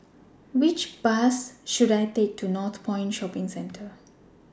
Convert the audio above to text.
Which Bus should I Take to Northpoint Shopping Centre